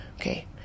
okay